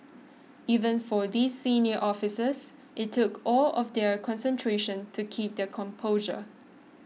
even for these senior officers it took all of their concentration to keep their composure